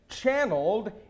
channeled